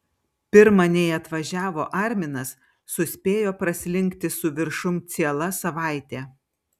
pirma nei atvažiavo arminas suspėjo praslinkti su viršum ciela savaitė